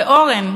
ואורן,